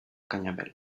canyamel